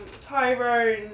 Tyrone